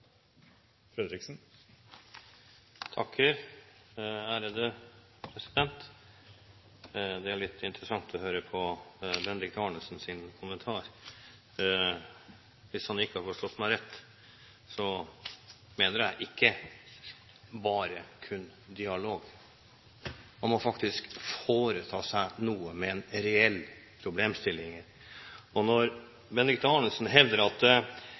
litt interessant å høre på Bendiks Arnesens kommentarer. Hvis han ikke har forstått meg rett: Jeg mener ikke bare dialog, man må faktisk foreta seg noe med en reell problemstilling. Når Bendiks Arnesen hevder at